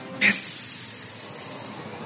Yes